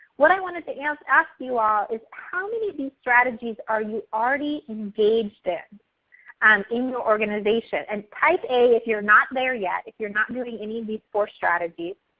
what i wanted to ask ask you all is how many of these strategies are you already engaged in um in your organization? and type a if you're not there yet, if you're not doing any of these four strategies.